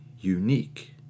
unique